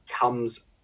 comes